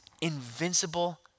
invincible